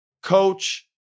coach